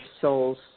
soul's